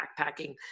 backpacking